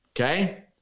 okay